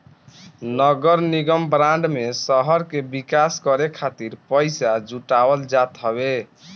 नगरनिगम बांड में शहर के विकास करे खातिर पईसा जुटावल जात हवे